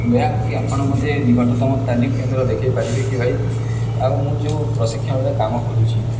ଦୟାକରି ଆପଣ ମୋତେ ନିକଟତମ ତାଲିମ କେନ୍ଦ୍ର ଦେଖେଇ ପାରିବେ କି ଭାଇ ଆଉ ମୁଁ ଯେଉଁ ପ୍ରଶିକ୍ଷଣରେ କାମ କରୁଛି